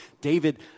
David